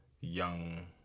young